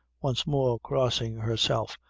once more crossing herself,